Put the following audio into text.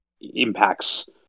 impacts